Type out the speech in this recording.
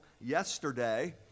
yesterday